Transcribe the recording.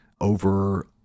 over